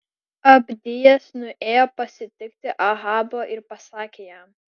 abdijas nuėjo pasitikti ahabo ir pasakė jam